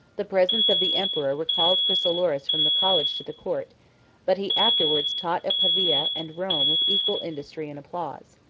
the presence of the emperor recalled chrysoloras from the college to the court but he afterwards taught at pavia and rome with equal industry and applause.